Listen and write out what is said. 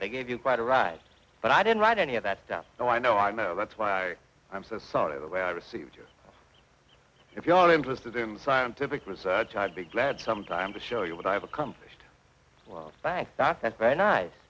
they gave you quite a ride but i didn't write any of that stuff so i know i know that's why i'm so sorry the way i received yours if you are interested in the scientific research i'd be glad some time to show you what i have accomplished thanks that's very nice